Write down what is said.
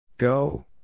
Go